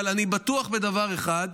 אבל אני בטוח בדבר אחד,